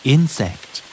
Insect